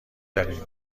دارین